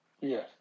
Yes